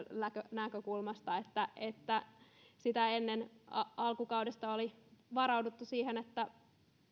näkökulmasta että että sitä ennen alkukaudesta oli varauduttu siihen että